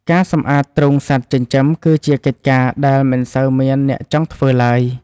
ការសម្អាតទ្រុងសត្វចិញ្ចឹម គឺជាកិច្ចការដែលមិនសូវមានអ្នកចង់ធ្វើឡើយ។